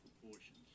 proportions